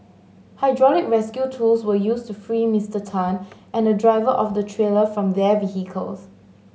hydraulic rescue tools were used to free Mister Tan and the driver of the trailer from their vehicles